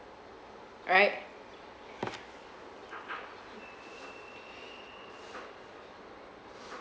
right